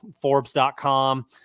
Forbes.com